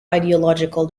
ideological